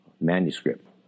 manuscript